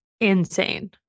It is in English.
insane